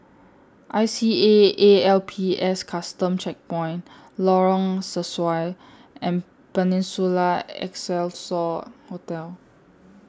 I C A A L P S Custom Checkpoint Lorong Sesuai and Peninsula Excelsior Hotel